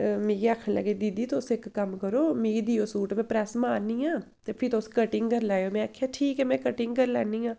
अ मिगी आखन लगे दीदी तुस इक कम्म करो मिगी देओ सूट में प्रैस्स मारनी आं ते फ्ही तुस कटिंग करी लैएओ में आखेआ ठीक ऐ में कटिंग करी लैन्नी आं